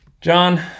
John